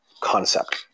concept